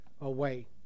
away